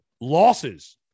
losses